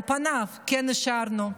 על פניו כן אישרנו.